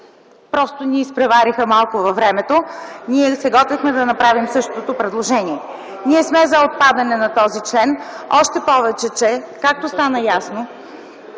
просто ни изпревариха малко във времето. Ние се готвехме да направим същото предложение. (Шум и реплики.) Ние сме за отпадане на този член, още повече, че както стана ясно,